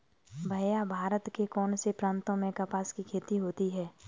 भैया भारत के कौन से प्रांतों में कपास की खेती होती है?